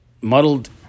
muddled